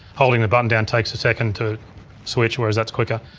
holding the button down takes a second to switch, whereas that's quicker.